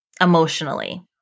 emotionally